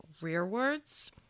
rearwards